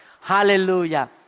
Hallelujah